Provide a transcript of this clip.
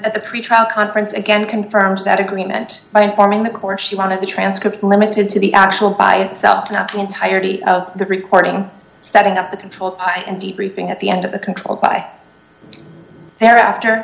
at the pretrial conference again confirms that agreement by informing the court she wanted the transcript limited to the actual by itself not the entirety of the recording setting up the control i am decreasing at the end of the controlled by there after